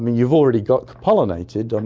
you've already got pollinated, um